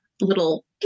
little